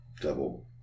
Double